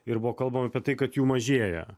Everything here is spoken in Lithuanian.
ir buvo kalbama apie tai kad jų mažėja